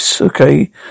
okay